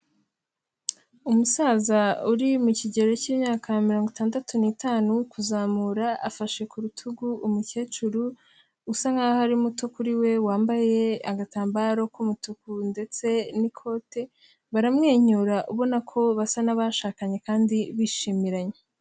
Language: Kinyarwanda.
Umusaza uri mu kigero k'imyaka mirongo itandatu n'itanu kuzamura, afashe ku rutugu umukecuru usa nkaho ari muto kuri we, wambaye agatambaro k'umutuku ndetse n'ikote, baramwenyura ubona ko basa n'abashakanye kandi bishimiranye.